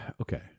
okay